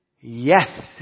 yes